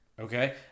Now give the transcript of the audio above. okay